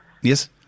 Yes